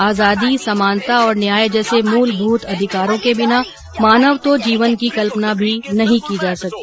आजादी समानता और न्याय जैसे मुलभुत अधिकारों के बिना मानव तो जीवन की कल्पना भी नहीं की जा सकती